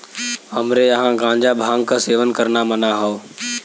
हमरे यहां गांजा भांग क सेवन करना मना हौ